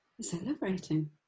celebrating